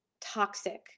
toxic